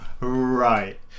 right